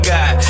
God